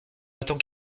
attend